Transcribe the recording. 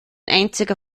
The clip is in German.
einziger